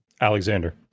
Alexander